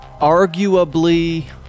arguably